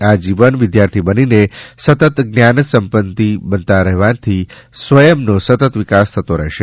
આજીવન વિદ્યાર્થી બનીને સતત જ્ઞાન સંપની બનતા રહેવાથી સ્વયંનો સતત વિકાસ થતો રહેશે